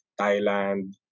Thailand